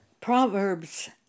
Proverbs